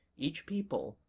each people,